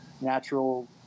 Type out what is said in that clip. natural